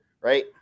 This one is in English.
right